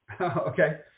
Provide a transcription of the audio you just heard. okay